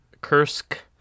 Kursk